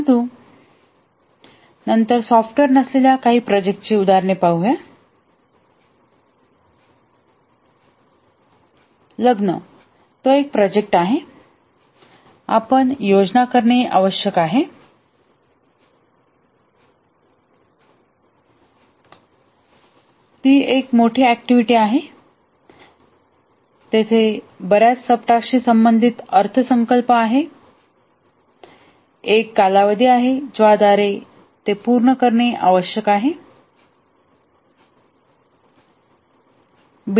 परंतु नंतर सॉफ्टवेअर नसलेल्या काही प्रोजेक्टची उदाहरणे पाहूया लग्न तो एक प्रोजेक्ट आहे आपण योजना करणे आवश्यक आहे ती एक मोठी ऍक्टिव्हिटी आहे तेथे बर्याच सबटास्कसशी संबंधित अर्थसंकल्प आहे एक कालावधी आहे ज्याद्वारे ते पूर्ण करणे आवश्यक आहे